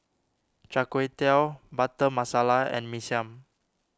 Char Kway Teow Butter Masala and Mee Siam